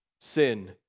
Sin